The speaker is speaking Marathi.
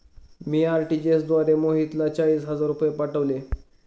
मी आर.टी.जी.एस द्वारे मोहितला चाळीस हजार रुपये पाठवले